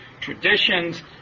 traditions